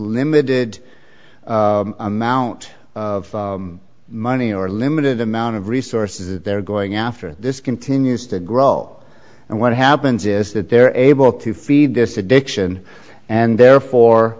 limited amount of money or limited amount of resources that they're going after this continues to grow and what happens is that they're able to feed this addiction and therefore